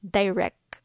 direct